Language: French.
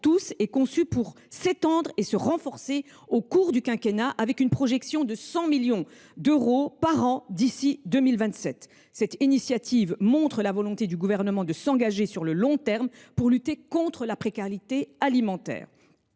été conçu pour être étendu et renforcé au cours du quinquennat, avec une projection de 100 millions d’euros par an d’ici à 2027. Une telle initiative montre la volonté du Gouvernement de s’engager sur le long terme pour lutter contre la précarité alimentaire.